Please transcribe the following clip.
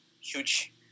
huge